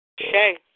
Okay